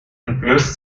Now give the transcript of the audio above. entblößte